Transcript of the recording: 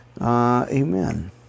Amen